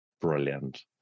Brilliant